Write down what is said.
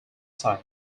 site